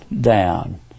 down